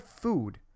food